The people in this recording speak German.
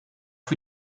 für